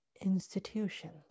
institutions